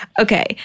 Okay